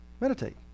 Meditate